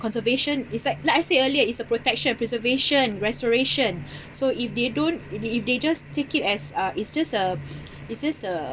conservation is that like I said earlier it's a protection preservation restoration so if they don't if they if they just take it as a it's just a it's just a